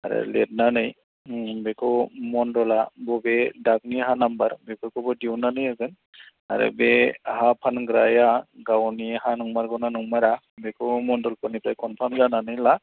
आरो लिरनानै उम बेखौ मन्दला बबे दाकनि हा नाम्बार बेफोरखौबो दिहुननानै होगोन आरो बे हा फानग्राया गावनि हा नंमारगौना नंमारा बेखौ मन्दलफोरनिफ्राय कनफार्म जानानै ला